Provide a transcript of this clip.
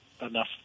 enough